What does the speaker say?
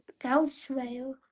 Elsewhere